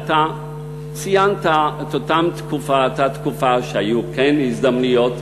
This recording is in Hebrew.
ציינת את אותה תקופה, שהיו כן הזדמנויות,